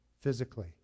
physically